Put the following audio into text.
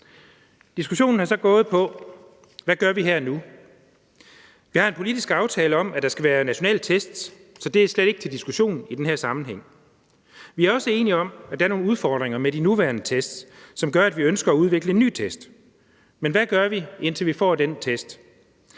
Diskussionen har så gået på, hvad vi gør her og nu. Vi har en politisk aftale om, at der skal være nationale test, så det er slet ikke til diskussion i den her sammenhæng. Vi er også enige om, at der er nogle udfordringer med de nuværende test, som gør, at vi ønsker at udvikle en ny test. Men hvad gør vi, indtil vi får den test?